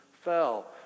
fell